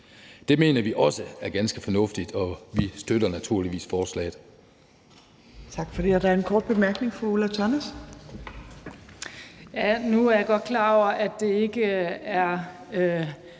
Det mener vi også er ganske fornuftigt, og vi støtter naturligvis forslaget.